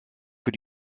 für